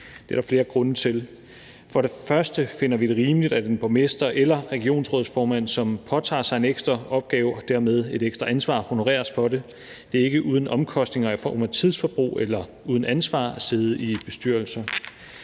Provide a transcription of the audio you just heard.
Det er der flere grunde til. For det første finder vi det rimeligt, at en borgmester eller regionsrådsformand, som påtager sig en ekstra opgave og dermed et ekstra ansvar, honoreres for det. Det er ikke uden omkostninger i form af tidsforbrug eller uden ansvar at sidde i bestyrelser.